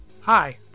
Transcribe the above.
Hi